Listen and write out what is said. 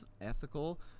ethical